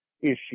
issue